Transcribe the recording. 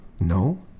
No